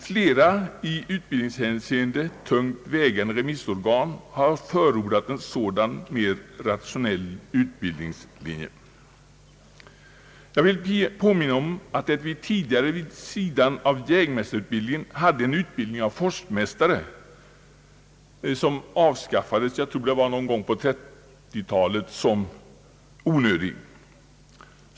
Flera i utbildningshänseende tungt vägande remissorgan har förordat en sådan mer rationell utbildning. Jag vill påminna om att vi tidigare vid sidan av jägmästarutbildningen hade en utbildning av forstmästare, vilken avskaffades såsom onödig, jag tror det var någon gång på 1930-talet.